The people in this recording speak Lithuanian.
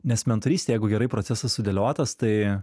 nes mentorystė jeigu gerai procesas sudėliotas tai